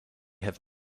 have